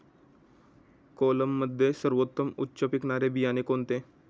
कोलममध्ये सर्वोत्तम उच्च पिकणारे बियाणे कोणते?